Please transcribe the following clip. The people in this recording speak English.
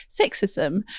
sexism